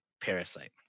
parasite